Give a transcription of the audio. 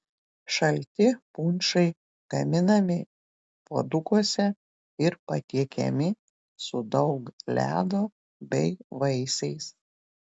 šalti punšai gaminami puodukuose ir patiekiami su daug ledo bei vaisiais